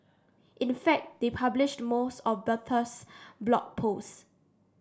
in fact they published most of Bertha's Blog Posts